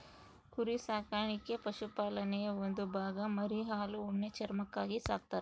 ಕುರಿ ಸಾಕಾಣಿಕೆ ಪಶುಪಾಲನೆಯ ಒಂದು ಭಾಗ ಮರಿ ಹಾಲು ಉಣ್ಣೆ ಚರ್ಮಕ್ಕಾಗಿ ಸಾಕ್ತರ